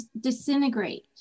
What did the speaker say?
disintegrate